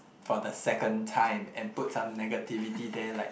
for the second time and put some negativity there like